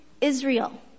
Israel